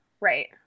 Right